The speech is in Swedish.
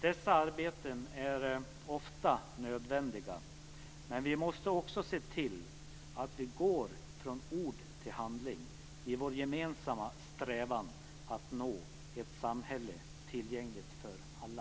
Dessa arbeten är ofta nödvändiga, men vi måste också se till att vi går från ord till handling i vår gemensamma strävan att få ett samhälle tillgängligt för alla.